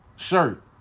Shirt